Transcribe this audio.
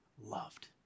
loved